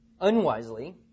Unwisely